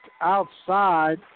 outside